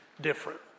different